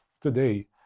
Today